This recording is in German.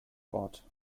wort